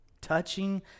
Touching